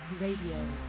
Radio